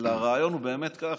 אלא הרעיון הוא באמת כך: